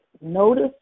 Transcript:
Notice